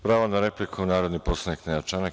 Pravo na repliku, narodni poslanik Nenad Čanak.